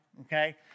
okay